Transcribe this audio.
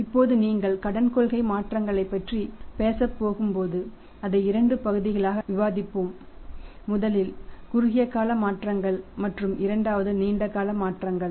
இப்போது நீங்கள் கடன் கொள்கை மாற்றங்களைப் பற்றி பேசப் போகும்போது அதை இரண்டு பகுதிகளாக விவாதிப்போம் முதலில் குறுகிய கால மாற்றங்கள் மற்றும் இரண்டாவது நீண்ட கால மாற்றங்கள்